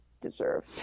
deserve